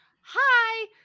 Hi